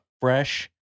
fresh